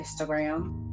Instagram